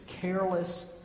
careless